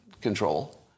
control